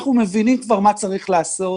אנחנו מבינים כבר מה צריך לעשות,